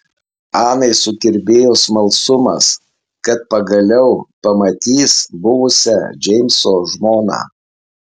anai sukirbėjo smalsumas kad pagaliau pamatys buvusią džeimso žmoną